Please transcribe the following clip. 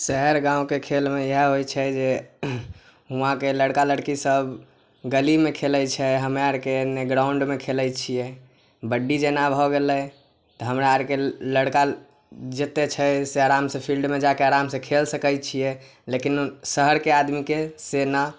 शहर गाँवके खेलमे इएह होइ छै जे हुवाँके लड़का लड़की सब गलीमे खेलै छै हमरा आरके ग्राउंडमे खेलै छियै कबड्डी जेना भए गेलै तऽ हमरा आरके लड़का जेतै छै से आराम से फील्डमे जाय कऽ आराम से खेल सकै छियै लेकिन शहरके आदमीके सेना